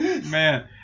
Man